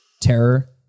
Terror